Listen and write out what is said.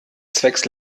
zwecks